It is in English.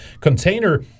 Container